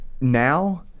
now